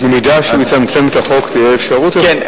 ובמידה שנצמצם את החוק תהיה אפשרות, אדוני?